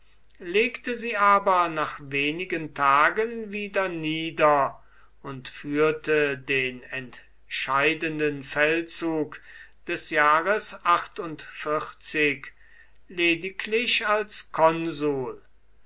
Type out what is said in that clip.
legte sie aber nach wenigen tagen wieder nieder und führte den entscheidenden feldzug des jahres lediglich als konsul